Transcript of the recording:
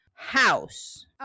House